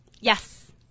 Yes